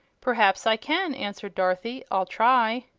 perhaps i can, answered dorothy. i'll try.